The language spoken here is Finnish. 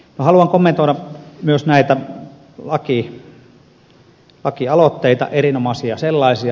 haluan kommentoida myös näitä lakialoitteita erinomaisia sellaisia